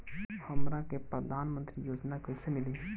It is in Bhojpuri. हमरा के प्रधानमंत्री योजना कईसे मिली?